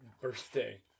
birthday